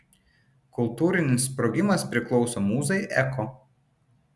kultūrinis sprogimas priklauso mūzai eko